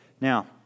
Now